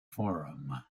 forum